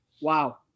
wow